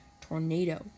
Tornado